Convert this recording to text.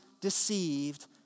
deceived